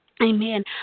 Amen